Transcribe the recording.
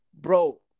Bro